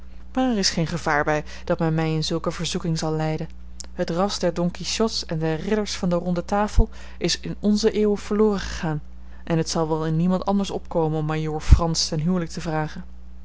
er is geen gevaar bij dat men mij in zulke verzoeking zal leiden het ras der don quichots en der ridders van de ronde tafel is in onze eeuw verloren gegaan en het zal wel in niemand anders opkomen om majoor frans ten huwelijk te vragen